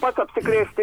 pats apsikrėsti